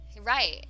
Right